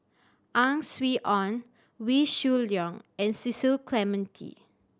Ang Swee Aun Wee Shoo Leong and Cecil Clementi